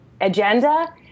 agenda